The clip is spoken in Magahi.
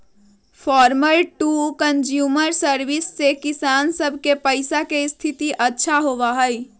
फार्मर टू कंज्यूमर सर्विस से किसान सब के पैसा के स्थिति अच्छा होबा हई